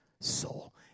soul